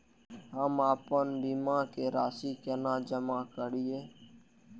हम आपन बीमा के राशि केना जमा करिए?